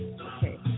Okay